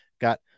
got